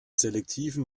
selektiven